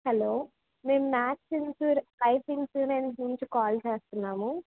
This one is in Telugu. హలో మేము మ్యాక్స్ ఇన్సూ లైఫ్ ఇన్సూరెన్స్ నుండి కాల్ చేస్తున్నాము